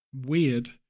weird